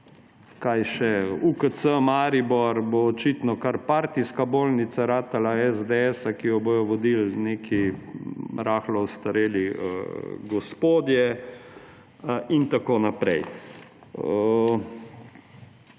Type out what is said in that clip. Kaj še? UKC Maribor bo očitno kar partijska bolnica SDS ratala, ki jo bodo vodili neki rahlo ostareli gospodje in tako naprej.